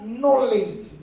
knowledge